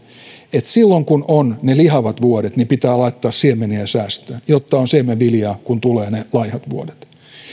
silloin kun on ne lihavat vuodet niin pitää laittaa siemeniä säästöön jotta on siemenviljaa kun tulevat ne laihat vuodet